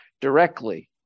directly